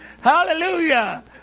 Hallelujah